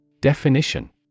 Definition